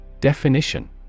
Definition